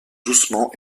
doucement